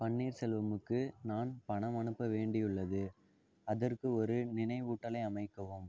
பன்னீர் செல்வமுக்கு நான் பணம் அனுப்ப வேண்டி உள்ளது அதற்கு ஒரு நினைவூட்டலை அமைக்கவும்